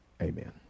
Amen